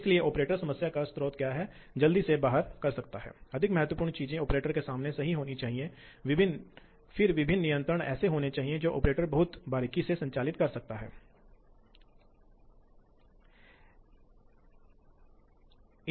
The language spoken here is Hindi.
लेकिन आप हमेशा जा सकते हैं एक पर जा सकते हैं जिसे पृष्ठभूमि के रूप में जाना जाता है और फिर कुछ कार्यक्रम विकसित करना शुरू करते हैं जबकि अग्रभूमि में कुछ और जैसा कि निर्माण कार्य वास्तव में चल रहा है